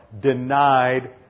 denied